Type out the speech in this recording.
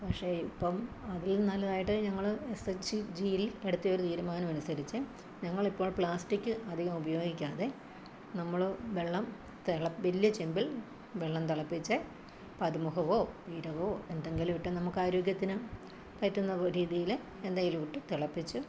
പക്ഷെ ഇപ്പോള് അതിൽ നല്ലതായിട്ട് ഞങ്ങള് എസ് എച്ച് ജിയിൽ എടുത്ത ഒരു തീരുമാനം അനുസരിച്ച് ഞങ്ങളിപ്പോൾ പ്ലാസ്റ്റിക് അധികം ഉപയോഗിക്കാതെ നമ്മള് വെള്ളം വലിയ ചെമ്പിൽ വെള്ളം തിളപ്പിച്ച് പതിമുഖമോ ജീരകമോ എന്തെങ്കിലും ഇട്ട് നമുക്ക് ആരോഗ്യത്തിന് പറ്റുന്ന രീതിയില് എന്തെങ്കിലുമിട്ട് തിളപ്പിച്ച്